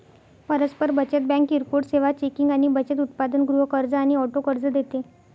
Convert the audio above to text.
परस्पर बचत बँक किरकोळ सेवा, चेकिंग आणि बचत उत्पादन, गृह कर्ज आणि ऑटो कर्ज देते